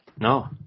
no